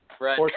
Right